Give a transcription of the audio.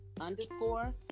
underscore